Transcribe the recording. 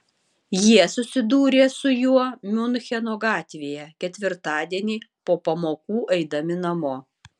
jie susidūrė su juo miuncheno gatvėje ketvirtadienį po pamokų eidami namo